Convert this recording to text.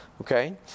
Okay